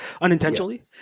unintentionally